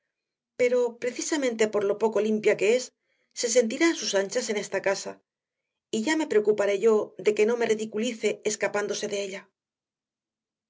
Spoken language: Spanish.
pero precisamente por lo poco limpia que es se sentirá a sus anchas en esta casa y ya me preocuparé yo de que no me ridiculice escapándose de ella